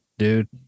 dude